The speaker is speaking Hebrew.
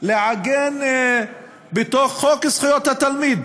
לעגן בתוך חוק זכויות התלמיד